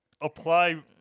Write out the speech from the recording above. apply